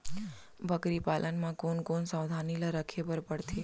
बकरी पालन म कोन कोन सावधानी ल रखे बर पढ़थे?